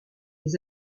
les